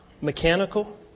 mechanical